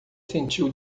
sentiu